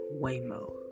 Waymo